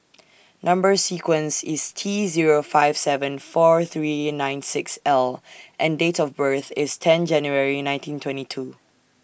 Number sequence IS T Zero five seven four three nine six L and Date of birth IS ten January nineteen twenty two